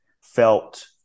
felt